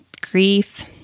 grief